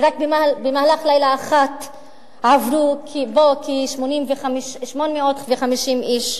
ורק במהלך לילה אחד עברו בו כ-850 איש.